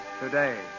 today